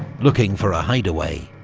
looking for a hideaway.